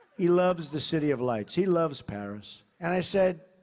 he loves the city of lights. he loves paris. and i said,